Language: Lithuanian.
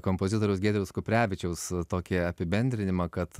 kompozitoriaus giedriaus kuprevičiaus tokį apibendrinimą kad